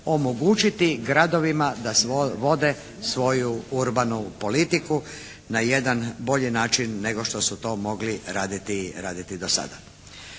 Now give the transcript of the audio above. omogućiti gradovima da vode svoju urbanu politiku na jedan bolji način nego što su to mogli raditi do sada.